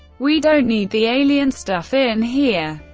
we don't need the alien stuff in here.